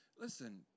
Listen